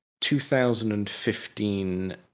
2015